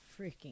freaking